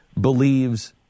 believes